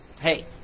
Hey